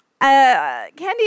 Candy